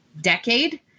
decade